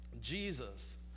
Jesus